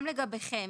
גם לגביכם,